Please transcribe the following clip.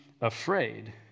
afraid